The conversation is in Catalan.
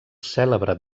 cèlebre